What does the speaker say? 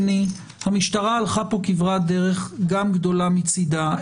המשטרה הלכה פה כברת דרך גם גדולה מצדה,